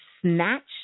snatched